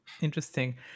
Interesting